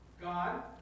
God